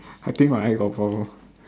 I think my eye got problem